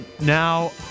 now